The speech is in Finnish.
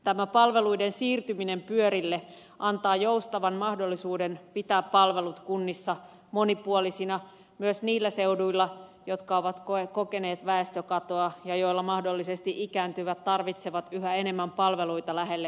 tämä palveluiden siirtyminen pyörille antaa joustavan mahdollisuuden pitää palvelut kunnissa monipuolisina myös niillä seuduilla jotka ovat kokeneet väestökatoa ja joilla mahdollisesti ikääntyvät tarvitsevat yhä enemmän palveluita lähelle kotiaan